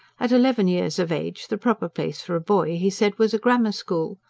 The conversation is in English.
at eleven years of age the proper place for a boy, he said, was a grammar school.